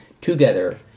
together